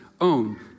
own